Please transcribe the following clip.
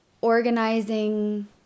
organizing